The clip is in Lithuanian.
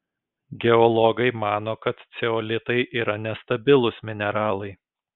geologai mano kad ceolitai yra nestabilūs mineralai